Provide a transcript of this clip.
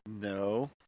No